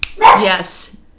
Yes